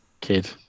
kid